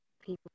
people